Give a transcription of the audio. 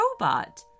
robot